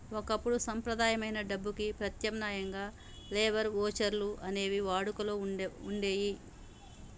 ఒకప్పుడు సంప్రదాయమైన డబ్బుకి ప్రత్యామ్నాయంగా లేబర్ వోచర్లు అనేవి వాడుకలో వుండేయ్యి